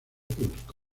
público